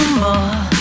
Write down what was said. more